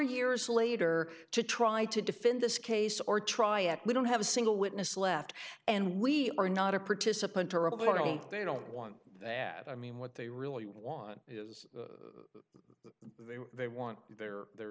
years later to try to defend this case or try at we don't have a single witness left and we are not a participant they don't want that i mean what they really want is they want their their